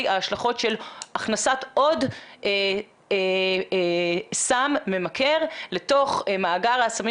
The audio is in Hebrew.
ההשלכות של הכנסת עוד סם ממכר לתוך מאגר הסמים